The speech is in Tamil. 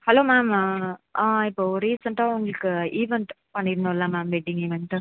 ஹலோ மேம் இப்போது ரீசண்ட்டாக உங்களுக்கு ஈவென்ட் பண்ணி இருந்தோம்லே மேம் வெட்டிங் ஈவென்ட்டு